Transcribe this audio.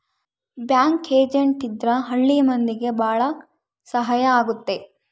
bank agent ಇದ್ರ ಹಳ್ಳಿ ಮಂದಿಗೆ ಭಾಳ ಸಹಾಯ ಆಗುತ್ತೆ